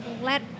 let